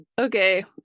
okay